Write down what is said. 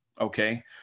Okay